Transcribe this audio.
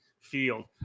field